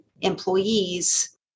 employees